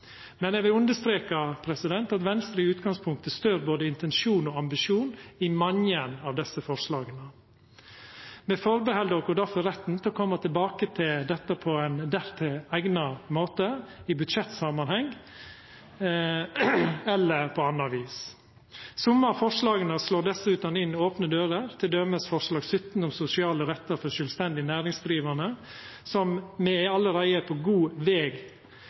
Men eg vil understreka at Venstre i utgangspunktet støttar både intensjon og ambisjon i mange av desse forslaga. Me tek difor unna retten til å koma tilbake til dette på ein dertil egna måte i budsjettsamanheng eller på anna vis. Somme av forslaga slår dessutan inn opne dører, t.d. forslag 17 om sosiale rettar for sjølvstendig næringsdrivande, som me allereie er på god veg